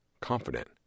confident